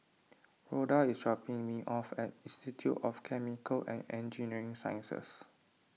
Rhoda is dropping me off at Institute of Chemical and Engineering Sciences